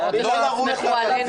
אתה רוצה שהם יסמכו עלינו?